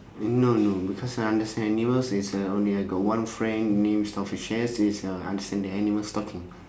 and no no because I understand animals is uh only I got one friend name is doctor is uh understand the animals talking